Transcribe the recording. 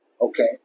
Okay